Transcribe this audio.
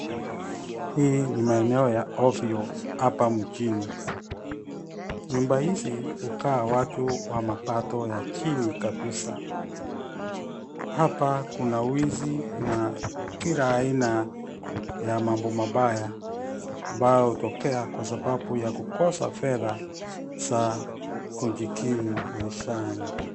Hii ni maeneo ya ovyo hapa mjini. Nyumba hizi hukaa watu wa mapato ya chini kabisa. Hapa kuna wizi na kila aina ya mambo mabaya ambayo hutokea kwa sababu ya kukosa fedha ya kujikimu maisha.